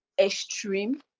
extreme